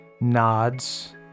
nods